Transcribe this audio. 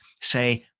say